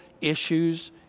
issues